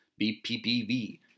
BPPV